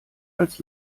als